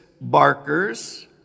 barkers